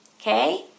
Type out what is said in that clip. okay